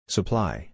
Supply